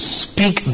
speak